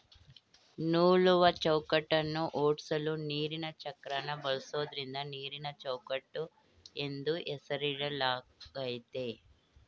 ನೂಲುವಚೌಕಟ್ಟನ್ನ ಓಡ್ಸಲು ನೀರಿನಚಕ್ರನ ಬಳಸೋದ್ರಿಂದ ನೀರಿನಚೌಕಟ್ಟು ಎಂದು ಹೆಸರಿಡಲಾಗಯ್ತೆ